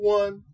one